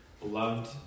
Beloved